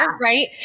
right